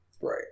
Right